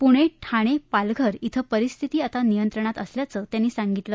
पूणे ठाणे पालघर ॐ परिस्थिती आता नियंत्रणात असल्याचं त्यांनी सांगितलं